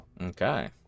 Okay